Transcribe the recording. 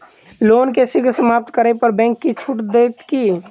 loan केँ शीघ्र समाप्त करै पर बैंक किछ छुट देत की